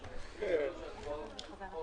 10:35.